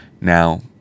Now